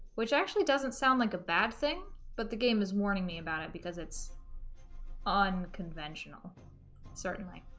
which actually doesn't sound like a bad thing but the game is warning me about it because it's um unconventional certainly